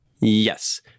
Yes